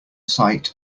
sight